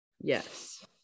Yes